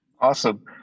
Awesome